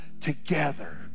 together